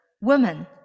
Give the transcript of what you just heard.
woman